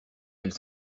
elle